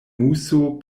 muso